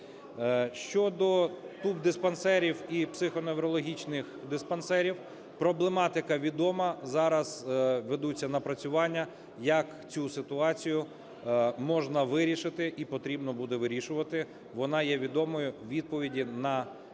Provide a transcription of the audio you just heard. Щодо тубдиспансерів і психоневрологічних диспансерів, проблематика відома, зараз ведуться напрацювання, як цю ситуацію можна вирішити і потрібно буде вирішувати. Вона є відомою, відповіді на цю